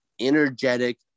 energetic